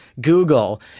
Google